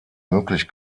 möglich